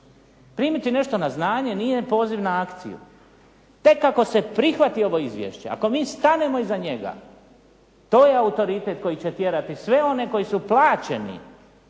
Primiti nešto na znanje nije poziv na akciju. Tek ako se prihvati ovo izvješće, ako mi stanemo iza njega to je autoritet koji će tjerati sve one koji su plaćeni